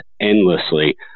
endlessly